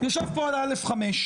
יושב פה על א'5,